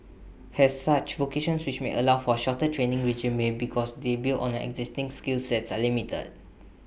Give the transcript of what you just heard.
has such vocations which may allow for A shorter training regime because they build on the existing skill sets are limited